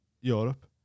Europe